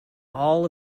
all